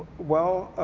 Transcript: well,